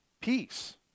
peace